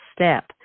step